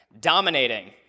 Dominating